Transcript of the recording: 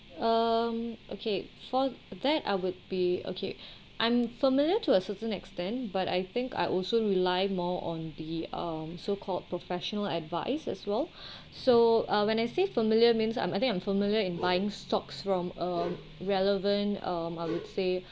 um okay for that I would be okay I'm familiar to a certain extent but I think I also rely more on the um so called professional advice as well so uh when I say familiar means I'm I think I'm familiar in buying stocks from a relevant um I would say